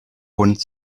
hund